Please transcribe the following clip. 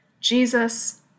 Jesus